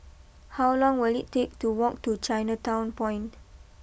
how long will it take to walk to Chinatown Point